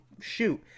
shoot